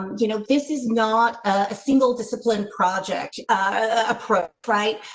you know this is not a single disciplined project approach. right?